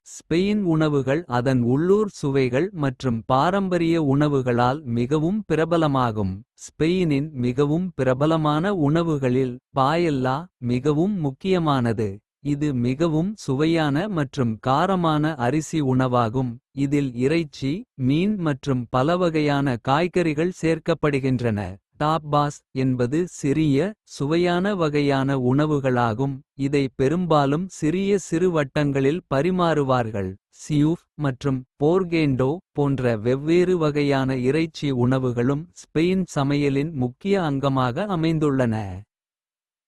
ஸ்பெயின் உணவுகள் அதன் உள்ளூர் சுவைகள். மற்றும் பாரம்பரிய உணவுகளால் மிகவும் பிரபலமாகும். ஸ்பெயினின் மிகவும் பிரபலமான உணவுகளில் பாயெல்லா. மிகவும் முக்கியமானது இது மிகவும் சுவையான மற்றும். காரமான அரிசி உணவாகும் இதில் இறைச்சி. மீன் மற்றும் பலவகையான காய்கறிகள் சேர்க்கப்படுகின்றன. டாப்பாஸ் என்பது சிறிய சுவையான வகையான. உணவுகளாகும் இதை பெரும்பாலும் சிறிய சிறு வட்டங்களில். பரிமாறுவார்கள் சியூஃப் மற்றும் "போர்கேண்டோ. போன்ற வெவ்வேறு வகையான இறைச்சி உணவுகளும் ஸ்பெயின். சமையலின் முக்கிய அங்கமாக அமைந்துள்ளன.